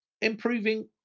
improving